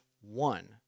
one